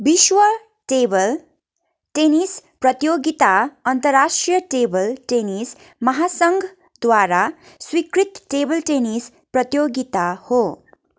विश्व table tennis प्रतियोगिता अन्तर्राष्ट्रिय टेबल टेनिस महासङ्घद्वारा स्वीकृत टेबल टेनिस प्रतियोगिता हो